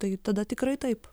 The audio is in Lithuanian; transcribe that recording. tai tada tikrai taip